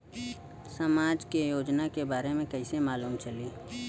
समाज के योजना के बारे में कैसे मालूम चली?